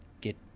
get